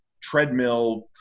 treadmill